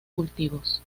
cultivos